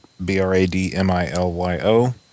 B-R-A-D-M-I-L-Y-O